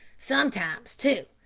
sometimes, too,